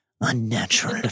unnatural